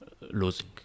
losing